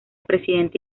presidente